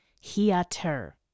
Heater